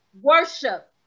worship